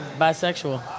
bisexual